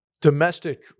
domestic